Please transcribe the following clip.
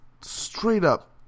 straight-up